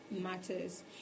matters